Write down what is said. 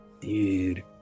Dude